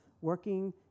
working